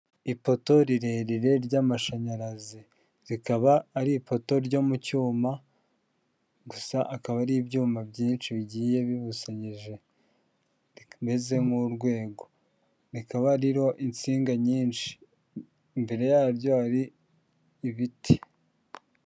Ipoto rirerire ry'amashanyarazi rikaba ari ipoto ryo mu cyuma gusa akaba ari ibyuma byinshi bigiye bibusanyije, rimeze nk'urwego rikaba riroho insinga nyinshi imbere yaryo hari ibiti.